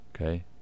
okay